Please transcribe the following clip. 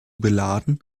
beladen